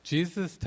Jesus